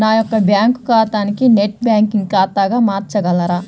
నా యొక్క బ్యాంకు ఖాతాని నెట్ బ్యాంకింగ్ ఖాతాగా మార్చగలరా?